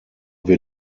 wir